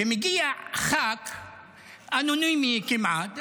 ומגיע ח"כ אנונימי כמעט,